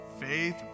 faith